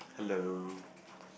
hello